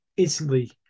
Instantly